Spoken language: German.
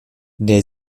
der